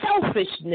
selfishness